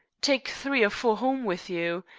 take three or four home with you.